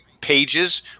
pages